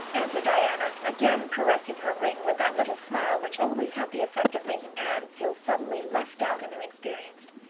answered diana, again caressing her ring with that little smile which always had the effect of making anne feel suddenly left out and inexperienced.